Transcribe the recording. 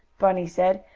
bunny said.